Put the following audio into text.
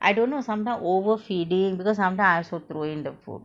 I don't know sometimes overfeeding because sometimes I also throw in the food